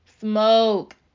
Smoke